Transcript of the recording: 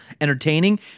entertaining